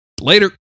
Later